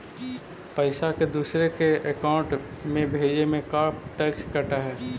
पैसा के दूसरे के अकाउंट में भेजें में का टैक्स कट है?